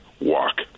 walk